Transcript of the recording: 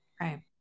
right